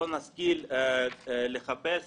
לא נשכיל לחפש,